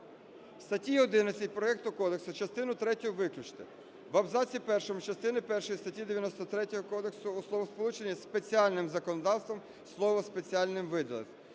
статті 11 проекту кодексу частину третю виключити. В абзаці першому частини першої статті 93 кодексу у словосполученні "спеціальним законодавством" слово "спеціальним" видалити.